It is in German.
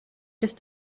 ist